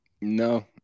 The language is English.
No